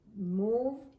move